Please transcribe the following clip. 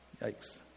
Yikes